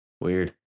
Weird